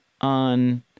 on